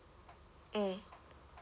mm